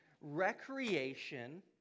Recreation